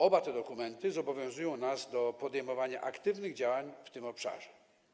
Oba te dokumenty zobowiązują nas do podejmowania aktywnych działań w tym obszarze.